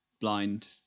blind